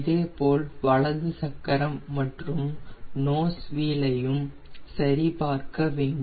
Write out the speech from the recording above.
அதேபோல் வலது சக்கரம் மற்றும் நோஸ்வீலையும் சரி பார்க்க வேண்டும்